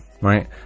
Right